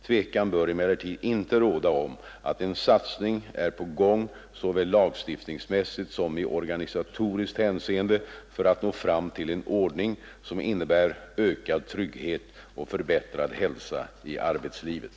Tvekan bör emellertid inte råda om att en satsning är på gång såväl lagstiftningsmässigt som i organisatoriskt hänseende för att nå fram till en ordning som innebär ökad trygghet och förbättrad hälsa i arbetslivet.